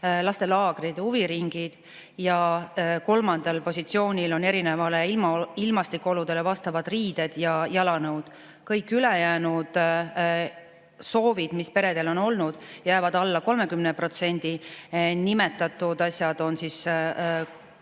lastelaagrid ja huviringid ning kolmandal positsioonil on erinevatele ilmastikuoludele vastavad riided ja jalanõud. Kõik ülejäänud soovid, mis peredel on olnud, jäävad alla 30%. Neid asju on nimetanud